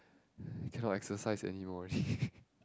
cannot exercise anymore